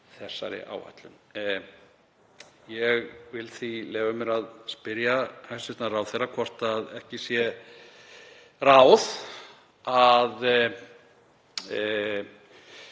þessari áætlun. Ég vil því leyfa mér að spyrja hæstv. ráðherra hvort ekki sé ráð að